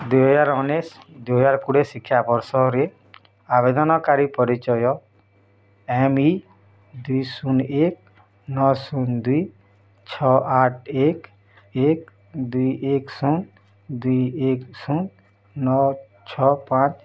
ଦୁଇ ହଜାର ଉନିଶ୍ ଦୁଇ ହଜାର କୁଡ଼ିଏ ଶିକ୍ଷାବର୍ଷରେ ଆବେଦନକାରୀ ପରିଚୟ ଏମ୍ ଇ ଦୁଇ ଶୂନ୍ ଏକ୍ ନଅ ଶୂନ୍ ଦୁଇ ଛଅ ଆଠ ଏକ୍ ଏକ୍ ଦୁଇ ଏକ୍ ଶୂନ୍ ଦୁଇ ଏକ୍ ଶୂନ୍ ନଅ ଛଅ ପାଞ୍ଚ